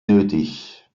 nötig